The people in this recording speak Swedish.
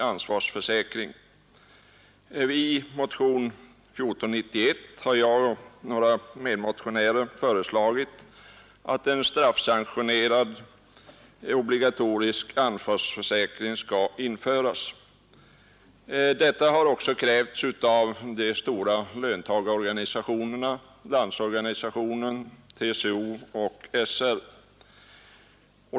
I motionen 1491 har jag tillsammans med några medmotionärer föreslagit att en bestämmelse om straffsanktionerad obligatorisk ansvarsförsäkring skall införas, Detta har också krävts av de stora löntagarorganisationerna LO, TCO och SR.